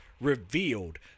revealed